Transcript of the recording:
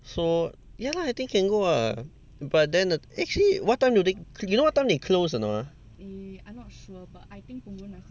so ya lah I think can go what but then the actually what time do they cl~ you know what time they close or not